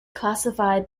classified